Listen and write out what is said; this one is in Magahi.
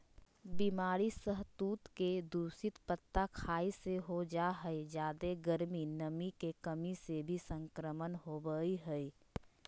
बीमारी सहतूत के दूषित पत्ता खाय से हो जा हई जादे गर्मी, नमी के कमी से भी संक्रमण होवई हई